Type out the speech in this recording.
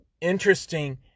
interesting